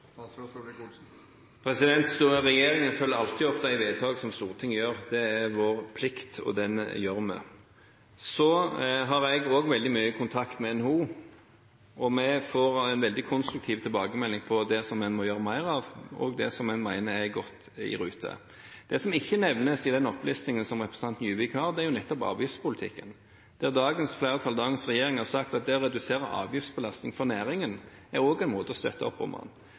Regjeringen følger alltid opp de vedtak som Stortinget gjør – det er vår plikt, og den gjør vi. Jeg har også veldig mye kontakt med NHO, og vi får en veldig konstruktiv tilbakemelding på det som en må gjøre mer av, og det som en mener er godt i rute. Det som ikke nevnes i den opplistingen som representanten Juvik har, er avgiftspolitikken, der dagens flertall, dagens regjering har sagt at det å redusere avgiftsbelastningen for næringen også er en måte å støtte opp om